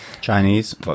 Chinese